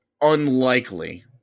unlikely